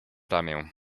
ramię